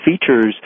features